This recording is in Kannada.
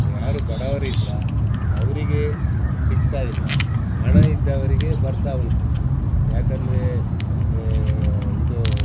ಯಾರು ಬಡವರಿದ್ರೋ ಅವರಿಗೆ ಸಿಗ್ತಾ ಇಲ್ಲ ಹಣ ಇದ್ದವರಿಗೆ ಬರ್ತಾ ಉಂಟು ಏಕಂದ್ರೆ ಇದು